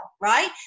right